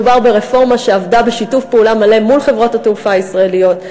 מדובר ברפורמה שעבדה בשיתוף פעולה מלא מול חברות התעופה הישראליות,